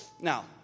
Now